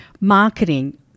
marketing